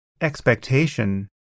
expectation